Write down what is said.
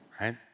right